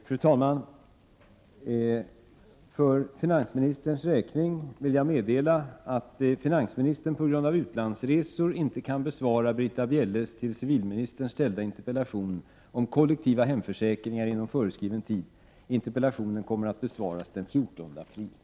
Fru talman! För finansministerns räkning vill jag meddela att finansministern på grund av utlandsresor inte inom föreskriven tid kan besvara Britta Bjelles till civilministern ställda interpellation om kollektiva hemförsäkringar. Interpellationen kommer att besvaras den 14 april.